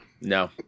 no